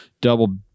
double